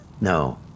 no